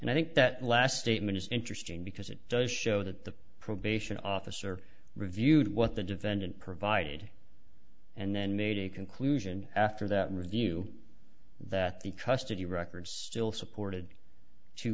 and i think that last statement is interesting because it does show that the probation officer reviewed what the defendant provided and then made a conclusion after that review that the custody records still supported t